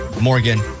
Morgan